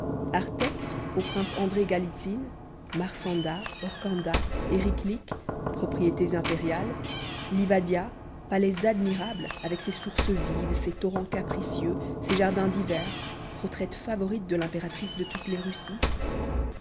arteck au prince andré galitzine marsanda orcanda eriklik propriétés impériales livadia palais admirable avec ses sources vives ses torrents capricieux ses jardins d'hiver retraite favorite de l'impératrice de toutes les russies